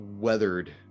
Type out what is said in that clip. weathered